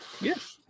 Yes